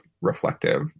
reflective